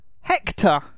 Hector